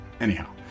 Anyhow